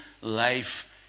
life